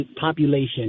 population